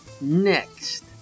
Next